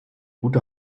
gute